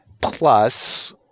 plus